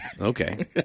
Okay